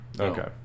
Okay